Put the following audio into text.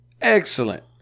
excellent